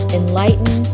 enlighten